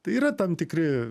tai yra tam tikri